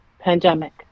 pandemic